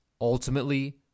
ultimately